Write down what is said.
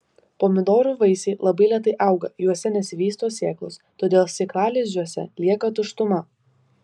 pomidorų vaisiai labai lėtai auga juose nesivysto sėklos todėl sėklalizdžiuose lieka tuštuma